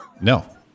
No